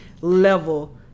level